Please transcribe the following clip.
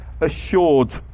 assured